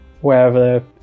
wherever